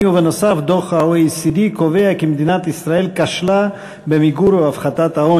ודוח ה-OECD קובע כי מדינת ישראל כשלה במיגור העוני ובהפחתתו,